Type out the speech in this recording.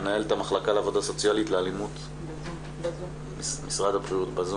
מנהלת המחלקה לעבודה סוציאלית לאלימות במשרד הבריאות.